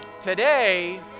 Today